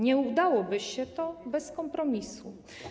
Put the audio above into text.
Nie udałoby się to bez kompromisu.